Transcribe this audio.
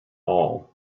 all